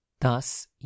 thus